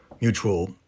mutual